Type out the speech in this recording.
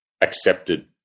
accepted